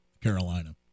Carolina